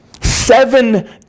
Seven